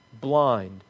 blind